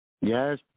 Yes